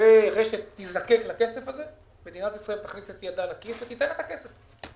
ורש"ת תזדקק לכסף הזה מדינת ישראל תכניס את ידה לכיס ותיתן את הכסף.